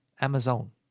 amazon